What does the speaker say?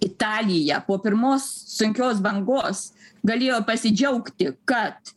italija po pirmos sunkios bangos galėjo pasidžiaugti kad